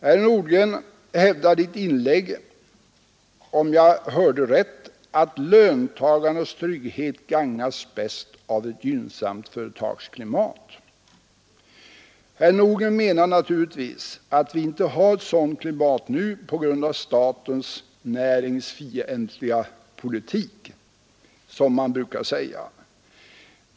Herr Nordgren hävdade i ett inlägg — om jag hörde rätt — att löntagarnas trygghet gagnas bäst av ett gynnsamt företagsklimat. Herr Nordgren menar naturligtvis att vi inte har ett sådant klimat nu på grund av statens näringsfientliga politik, som man brukar säga.